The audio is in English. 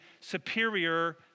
superior